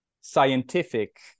scientific